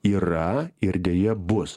yra ir deja bus